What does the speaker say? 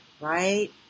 right